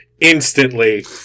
instantly